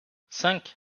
cinq